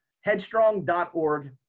Headstrong.org